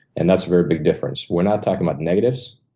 and that's a very big difference. we're not talking about negatives.